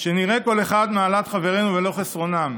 "שנראה כל אחד מעלת חברינו ולא חסרונם,